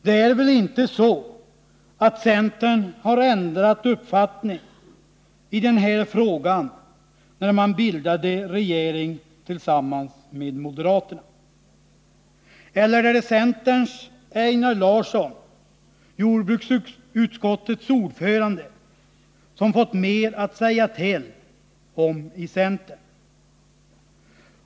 Det är väl inte så att centern ändrat uppfattning i den här frågan sedan man bildat regering tillsammans med moderaterna? Eller är det centerns Einar Larsson, jordbruksutskottets ordförande, som fått mer att säga till om i centern?